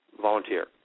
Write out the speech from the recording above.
volunteer